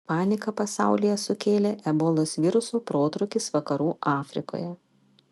paniką pasaulyje sukėlė ebolos viruso protrūkis vakarų afrikoje